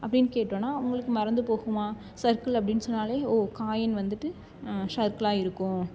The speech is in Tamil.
அப்படினு கேட்டோம்னா அவங்களுக்கு மறந்து போகுமா சர்க்கிள் அப்படினு சொன்னால் ஓ காயின் வந்துட்டு சர்க்கிளாக இருக்கும்